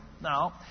Now